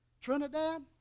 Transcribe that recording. Trinidad